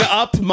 up